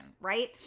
right